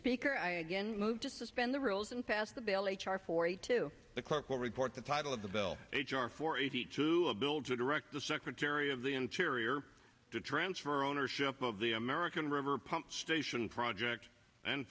speaker i move to suspend the rules and pass the bill h r forty two the clerk will report the title of the bill h r four eighty two a bill to direct the secretary of the interior to transfer ownership of the american river pump station project and